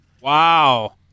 Wow